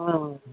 हँ